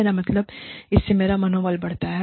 मेरा मतलब है इससे मेरा मनोबल बढ़ता है